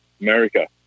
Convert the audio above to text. America